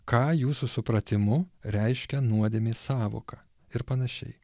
ką jūsų supratimu reiškia nuodėmės sąvoka ir panašiai